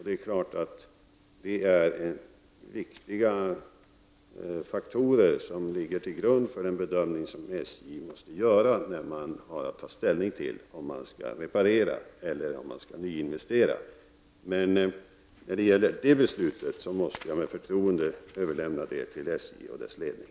Det är klart att det är en viktig faktor vid SJs ställningstagande till om man skall reparera eller nyinvestera. Men det beslutet måste jag med förtroende överlämna till SJ och dess ledning.